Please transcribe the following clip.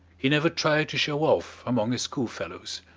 he never tried to show off among his schoolfellows.